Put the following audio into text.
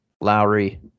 Lowry